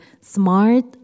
smart